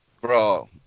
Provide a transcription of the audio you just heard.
Bro